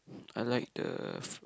I like the